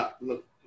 Look